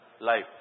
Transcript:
life